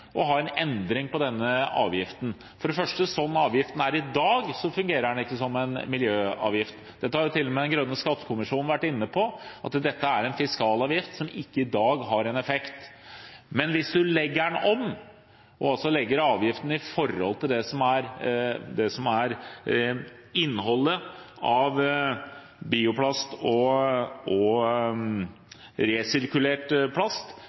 ha en endring på denne avgiften. For det første: Sånn avgiften er i dag, fungerer den ikke som en miljøavgift. Dette har til og med den grønne skattekommisjonen vært inne på, at dette er en fiskal avgift som ikke i dag har en effekt. Men hvis man legger den om og legger avgiften i forhold til det som er innholdet av bioplast og resirkulert plast,